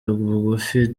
bugufi